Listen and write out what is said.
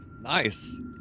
Nice